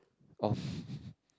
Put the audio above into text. of